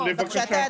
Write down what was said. לבקשתו.